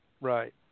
Right